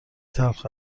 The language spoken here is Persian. تلخ